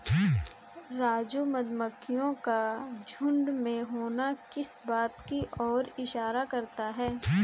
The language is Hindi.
राजू मधुमक्खियों का झुंड में होना किस बात की ओर इशारा करता है?